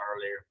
earlier